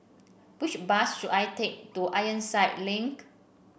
which bus should I take to Ironside Link